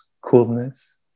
coolness